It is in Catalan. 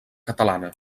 catalana